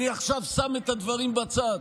אני עכשיו שם את הדברים בצד.